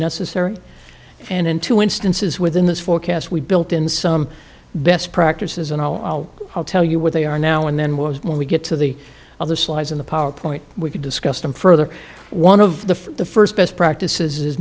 necessary and in two instances within this forecast we built in some best practices and i'll tell you what they are now and then was when we get to the other slides in the powerpoint we can discuss them further one of the the first best practices